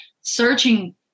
searching